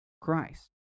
Christ